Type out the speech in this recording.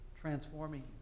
transforming